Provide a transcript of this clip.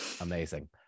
Amazing